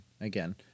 again